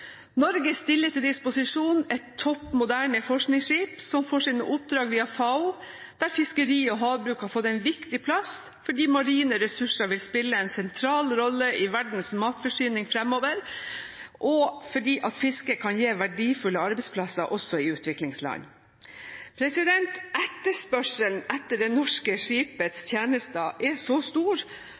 Norge stiller til disposisjon et topp moderne forskningsskip, som får sine oppdrag via FAO, der fiskeri og havbruk har fått en viktig plass fordi marine ressurser vil spille en sentral rolle i verdens matforsyning framover, og fordi fiske kan gi verdifulle arbeidsplasser også i utviklingsland. Etterspørselen etter det norske skipets tjenester er så stor